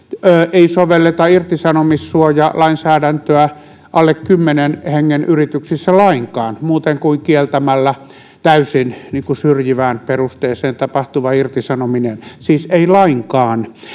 ei sovelleta irtisanomissuojalainsäädäntöä alle kymmenen hengen yrityksissä lainkaan muuten kuin kieltämällä täysin syrjivään perusteeseen tapahtuva irtisanominen siis ei lainkaan